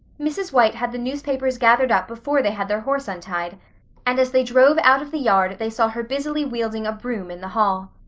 mrs. white had the newspapers gathered up before they had their horse untied and as they drove out of the yard they saw her busily wielding a broom in the hall.